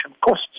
costs